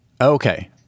Okay